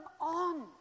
on